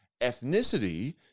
ethnicity